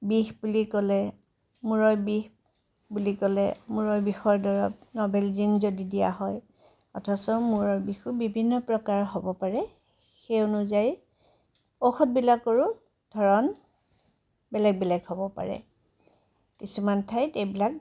বিষ বুলি ক'লে মূৰৰ বিষ বুলি ক'লে মূৰৰ বিষৰ দৰৱ নবেলজিন যদি দিয়া হয় অথচ মূৰৰ বিষো বিভিন্ন প্ৰকাৰৰ হ'ব পাৰে সেই অনুযায়ী ঔষধবিলাকৰো ধৰণ বেলেগ বেলেগ হ'ব পাৰে কিছুমান ঠাইত এইবিলাক